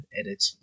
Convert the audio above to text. edit